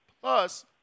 plus